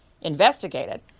investigated